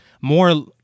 more